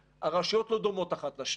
הרשויות לא דומות אחת לשנייה.